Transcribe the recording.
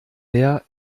wer